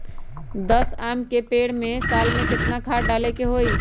दस आम के पेड़ में साल में केतना खाद्य डाले के होई?